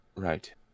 Right